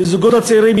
לזוגות הצעירים,